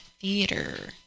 theater